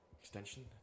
extension